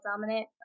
dominant